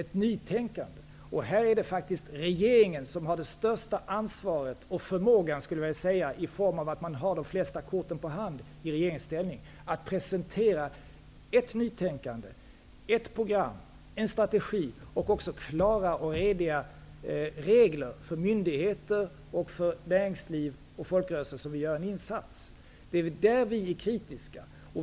att presentera nytänkande. Här är det faktiskt regeringen som har det största ansvaret och förmågan, därför att man till följd av att man är i regeringsställning har de flesta korten på hand. Man har ansvar för att presentera ett nytänkande, ett program, en strategi och klara och rediga regler för myndigheter, näringsliv och folkrörelser som vill göra en insats. Det är på det området vi är kritiska.